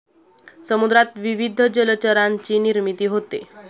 समुद्रात विविध जलचरांची निर्मिती होते